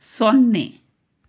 ಸೊನ್ನೆ